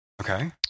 Okay